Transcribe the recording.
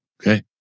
Okay